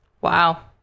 Wow